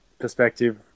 perspective